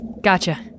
Gotcha